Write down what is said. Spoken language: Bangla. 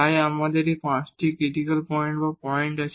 তাই আমাদের এই 5 টি ক্রিটিকাল পয়েন্ট বা পয়েন্ট আছে